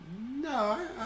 no